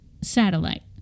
satellite